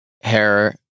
hair